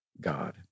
God